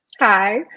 hi